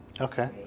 Okay